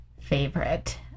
favorite